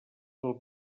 del